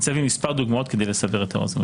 אני אצא במספר דוגמאות כדי לסבר את האוזן,